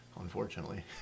unfortunately